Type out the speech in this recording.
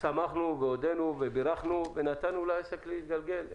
שברון שמחנו והודינו ובירכנו ונתנו לעסק להתגלגל.